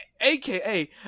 AKA